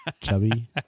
Chubby